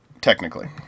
Technically